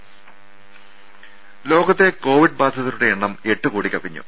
രും ലോകത്തെ കോവിഡ് ബാധിതരുടെ എണ്ണം എട്ട് കോടി കവിഞ്ഞു